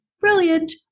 Brilliant